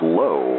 low